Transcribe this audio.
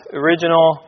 original